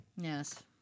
Yes